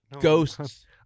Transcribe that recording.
ghosts